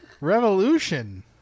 Revolution